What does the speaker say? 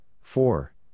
four